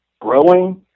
growing